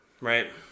Right